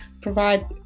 provide